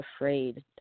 afraid